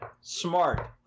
smart